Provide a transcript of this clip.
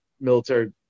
military